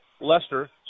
Lester